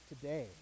today